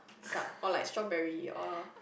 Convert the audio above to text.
suck or like strawberry or